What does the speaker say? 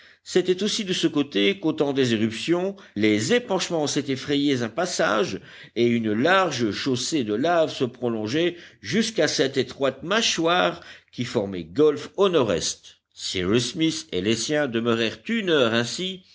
c'était aussi de ce côté qu'au temps des éruptions les épanchements s'étaient frayés un passage et une large chaussée de laves se prolongeait jusqu'à cette étroite mâchoire qui formait golfe au nord-est cyrus smith et les siens demeurèrent une heure ainsi